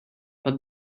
but